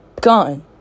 gun